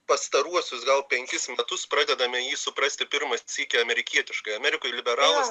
pastaruosius gal penkis metus pradedame jį suprasti pirmą sykį amerikietiškai amerikoj liberalas